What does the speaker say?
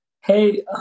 Hey